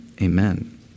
amen